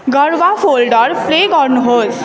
गर्भा folder play गर्नुहोस्